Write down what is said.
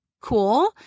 cool